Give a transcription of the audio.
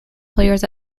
players